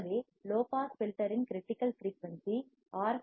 ஆகவே low pass filter in critical frequency R